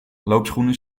loopschoenen